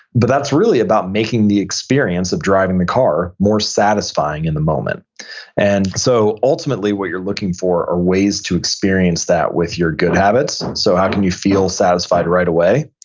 but that's really about making the experience of driving the car more satisfying in the moment and so ultimately what you're looking for are ways to experience that with your good habits, so how can you feel satisfied right away?